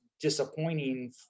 disappointing